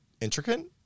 Intricate